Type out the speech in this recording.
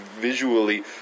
visually